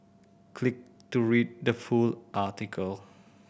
click to read the full article